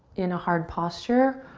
in a hard posture,